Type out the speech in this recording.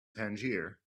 tangier